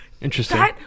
interesting